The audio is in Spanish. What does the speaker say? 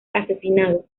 asesinado